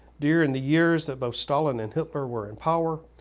during the years that both stalin and hitler were in power,